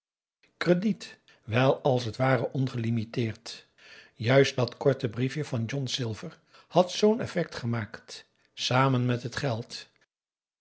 crediet wel als t ware ongelimiteerd juist dat korte briefje van john silver had zoo'n effect gemaakt samen met het geld